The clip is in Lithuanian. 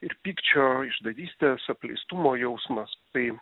ir pykčio išdavystės apleistumo jausmas tai